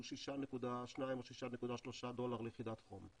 שהוא 6.2 או 6.3 ליחידת חום.